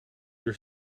your